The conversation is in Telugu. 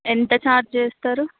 ఎంత ఛార్జ్ చేస్తారు